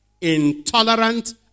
intolerant